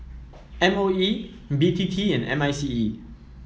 M O E B T T and M I C E